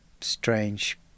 strange